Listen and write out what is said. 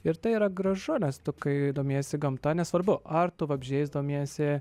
ir tai yra gražu nes tu kai domiesi gamta nesvarbu ar tu vabzdžiais domiesi